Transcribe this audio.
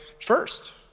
first